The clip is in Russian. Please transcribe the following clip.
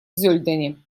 зёльдене